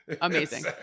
Amazing